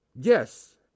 Yes